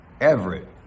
Everett